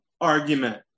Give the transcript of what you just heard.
argument